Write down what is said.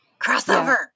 crossover